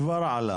הוא כבר עלה.